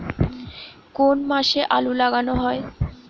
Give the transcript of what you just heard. কোন মাসে আলু লাগানো হয়?